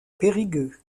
périgueux